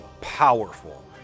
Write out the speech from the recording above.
powerful